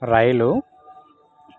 rail